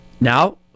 Now